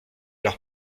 leur